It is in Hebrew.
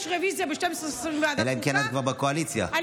יש רוויזיה ב-12:20 בוועדת חוקה.